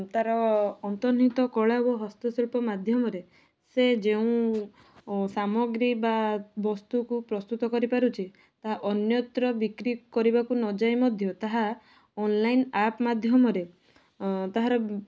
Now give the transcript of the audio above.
ତାର ଅନ୍ତର୍ନିହିତ କଳା ଓ ହସ୍ତଶିଳ୍ପ ମାଧ୍ୟମରେ ସେ ଯେଉଁ ସାମଗ୍ରୀ ବା ବସ୍ତୁକୁ ପ୍ରସ୍ତୁତ କରିପାରୁଛି ତାହା ଅନ୍ୟତ୍ର ବିକ୍ରି କରିବାକୁ ନଯାଇ ମଧ୍ୟ ତାହା ଅନଲାଇନ ଆପ ମାଧ୍ୟମରେ ତାହାର